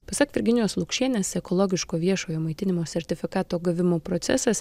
pasak virginijos lukšienės ekologiško viešojo maitinimo sertifikato gavimo procesas